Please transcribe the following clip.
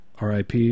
RIP